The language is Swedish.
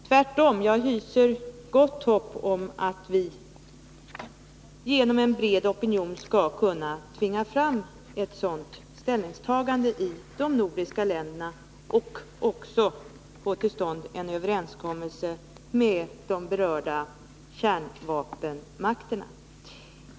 Tvärtom — jag hyser gott hopp om att vi genom en bred opinion skall kunna tvinga fram ett sådant ställningstagande i de nordiska länderna och också få till stånd en överenskommelse med de berörda kärnvapenmakterna.